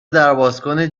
دربازکن